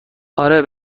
آره